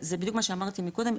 זה בדיוק מה שאמרתי מקודם,